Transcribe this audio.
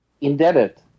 Indebted